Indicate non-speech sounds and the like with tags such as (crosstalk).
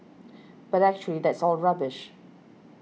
(noise) but actually that's all rubbish